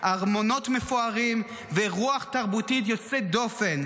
ארמונות מפוארים ורוח תרבותית יוצאת דופן.